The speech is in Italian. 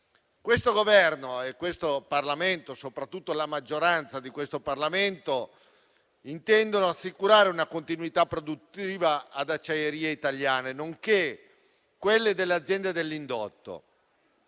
Questo Governo e questo Parlamento, soprattutto la sua maggioranza, intendono assicurare una continuità produttiva ad Acciaierie d'Italia, nonché quella delle aziende dell'indotto